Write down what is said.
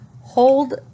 hold